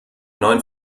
neuen